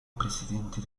presidente